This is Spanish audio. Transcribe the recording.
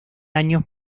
años